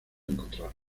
encontrarla